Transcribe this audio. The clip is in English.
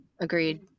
Agreed